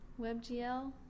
WebGL